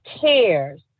cares